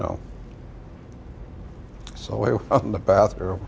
know so way up in the bathroom